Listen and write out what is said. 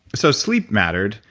so sleep mattered,